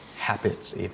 habits